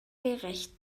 gerecht